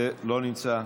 לא נמצא,